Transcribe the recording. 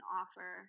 offer